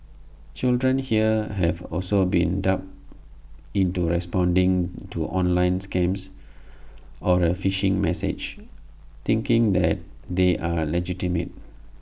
children here have also been duped into responding to online scams or A phishing message thinking that they are legitimate